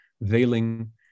veiling